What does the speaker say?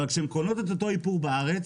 אבל כשהן קונות את אותו איפור בארץ,